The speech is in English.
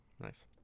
nice